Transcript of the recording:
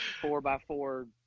four-by-four